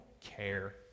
care